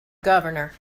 governor